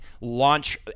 launch